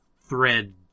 thread